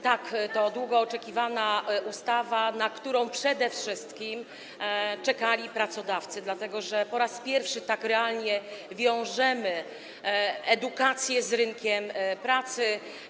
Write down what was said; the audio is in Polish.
Tak, to długo oczekiwana ustawa, na którą przede wszystkim czekali pracodawcy, dlatego że po raz pierwszy tak realnie wiążemy edukację z rynkiem pracy.